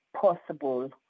possible